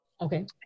Okay